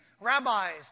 rabbis